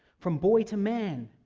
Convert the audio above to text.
from boy to man,